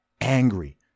angry